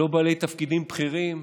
לא בעלי תפקידים בכירים.